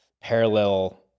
parallel